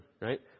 Right